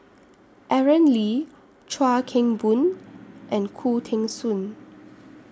Aaron Lee Chuan Keng Boon and Khoo Teng Soon